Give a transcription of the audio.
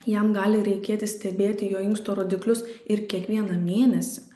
jam gali reikėti stebėti jo inkstų rodiklius ir kiekvieną mėnesį